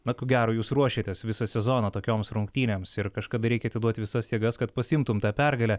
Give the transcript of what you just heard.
na ko gero jūs ruošėtės visą sezoną tokioms rungtynėms ir kažkada reikia atiduot visas jėgas kad pasiimtum tą pergalę